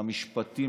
למשפטים,